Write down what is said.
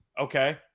Okay